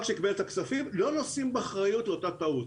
שקיבל את הכספים לא נושאים באחריות לאותה טעות.